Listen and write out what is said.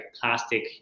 plastic